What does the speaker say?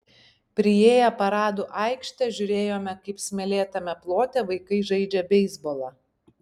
priėję paradų aikštę žiūrėjome kaip smėlėtame plote vaikai žaidžia beisbolą